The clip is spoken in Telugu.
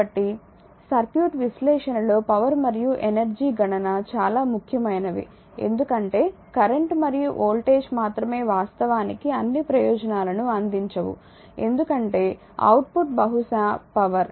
కాబట్టి సర్క్యూట్ విశ్లేషణలో పవర్ మరియు ఎనర్జీ గణన చాలా ముఖ్యమైనవి ఎందుకంటే కరెంట్ మరియు వోల్టేజ్ మాత్రమే వాస్తవానికి అన్ని ప్రయోజనాలను అందించవు ఎందుకంటే అవుట్పుట్ బహుశా పవర్